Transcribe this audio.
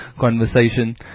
conversation